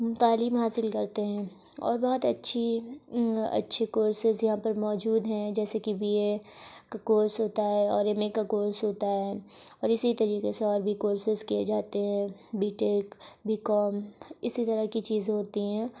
تعلیم حاصل کرتے ہیں اور بہت اچھی اچھے کورسز یہاں پر موجود ہیں جیسے کہ بی اے کا کورس ہوتا ہے اور ایم اے کا کورس ہوتا ہے اور اسی طریقے سے اور بھی کورسز کیے جاتے ہیں بی ٹیک بی کام اسی طرح کی چیزیں ہوتی ہیں